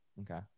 Okay